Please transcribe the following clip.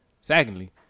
Secondly